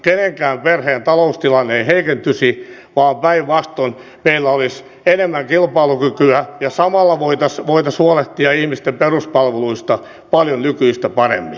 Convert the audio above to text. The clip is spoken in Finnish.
kenenkään perheen taloustilanne ei heikentyisi vaan päinvastoin meillä olisi enemmän kilpailukykyä ja samalla voitaisiin huolehtia ihmisten peruspalveluita paljon nykyistä paremmin